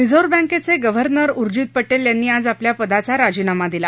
reserve बँकेचे governor Urjit Patel यांनी आज आपल्या पदाचा राजीनामा दिला